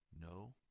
no